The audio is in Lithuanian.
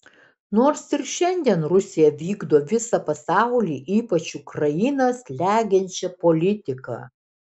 nors ir šiandien rusija vykdo visą pasaulį ypač ukrainą slegiančią politiką